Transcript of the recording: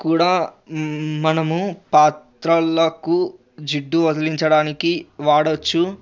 కూడా మనము పాత్రలకు జిడ్డు వదిలించడానికి వాడవచ్చు